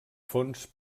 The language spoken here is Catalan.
fons